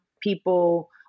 people